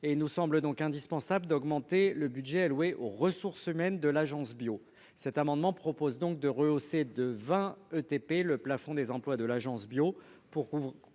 il nous semble donc indispensable d'augmenter le budget alloué aux ressources humaines de l'Agence Bio, cet amendement propose donc de rehausser de 20 ETP le plafond des employes de l'Agence Bio